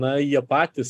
na jie patys